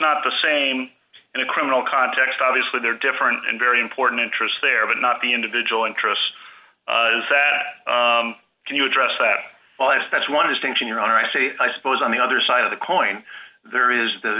not the same in a criminal context obviously there are different and very important interests there but not the individual interest is that can you address that well if that's one of the things in your honor i say i suppose on the other side of the coin there is the